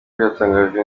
byatangajwe